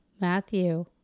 matthew